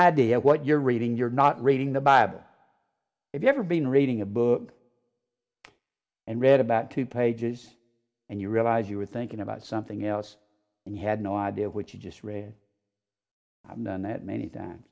idea what you're reading you're not reading the bible if you ever been reading a book and read about two pages and you realize you were thinking about something else and had no idea what you just read i'm done that many t